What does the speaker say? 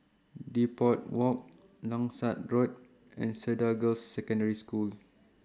Depot Walk Langsat Road and Cedar Girls' Secondary School